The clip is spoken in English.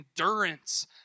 endurance